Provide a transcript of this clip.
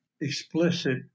explicit